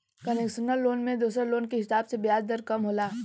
concessional loan में दोसर loan के हिसाब से ब्याज दर कम होला